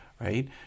right